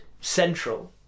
central